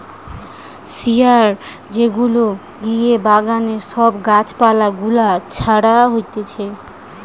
শিয়ার যেগুলা দিয়ে বাগানে সব গাছ পালা গুলা ছাটা হতিছে